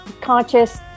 conscious